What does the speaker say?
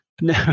no